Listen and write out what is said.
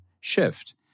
shift